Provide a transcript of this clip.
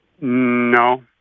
No